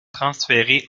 transférés